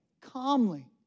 calmly